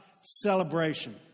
celebration